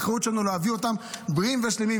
האחריות שלנו היא להביא אותם בריאים ושלמים.